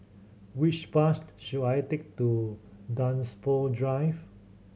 which bus should I take to Dunsfold Drive